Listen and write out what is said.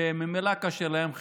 שממילא קשה להם,